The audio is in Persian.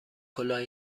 کلاه